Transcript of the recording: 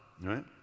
Right